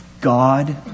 God